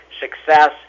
success